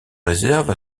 réserves